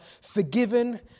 forgiven